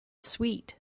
sweet